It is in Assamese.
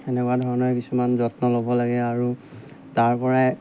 এনেকুৱা ধৰণৰ কিছুমান যত্ন ল'ব লাগে আৰু তাৰ পৰাই